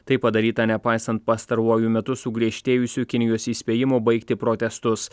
tai padaryta nepaisant pastaruoju metu sugriežtėjusių kinijos įspėjimų baigti protestus